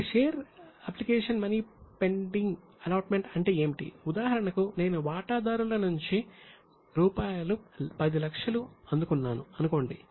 కాబట్టి share application money pending allotment అంటే ఏమిటంటే ఉదాహరణకు నేను వాటాదారుల నుంచి రూపాయలు 10 లక్షలు అందుకున్నాను అనుకోండి